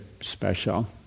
special